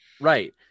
Right